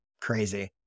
crazy